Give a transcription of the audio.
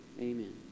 Amen